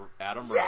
Adam